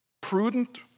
prudent